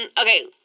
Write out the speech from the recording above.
okay